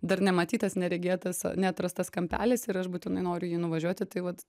dar nematytas neregėtas neatrastas kampelis ir aš būtinai noriu į jį nuvažiuoti tai vat